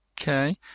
okay